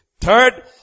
Third